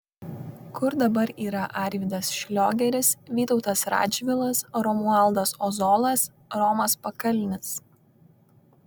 kur dabar yra arvydas šliogeris vytautas radžvilas romualdas ozolas romas pakalnis